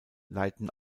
leiten